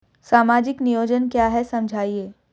सामाजिक नियोजन क्या है समझाइए?